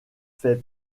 fait